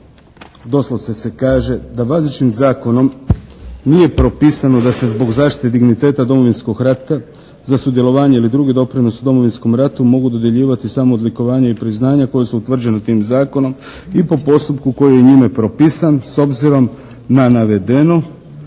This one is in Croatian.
doslovce se kaže da važećim zakonom nije propisano da se zbog zaštite digniteta Domovinskog rata za sudjelovanje ili drugi doprinos u Domovinskom ratu mogu dodjeljivati samo odlikovanja i priznanja koja su utvrđena tim zakonom i po postupku koji je njime propisan. S obzirom na navedeno